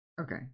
Okay